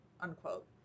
unquote